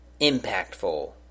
impactful